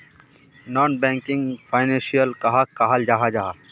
Non banking financial कहाक कहाल जाहा जाहा?